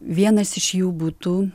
vienas iš jų būtų